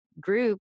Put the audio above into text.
group